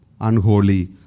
unholy